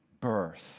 birth